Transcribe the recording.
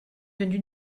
tenu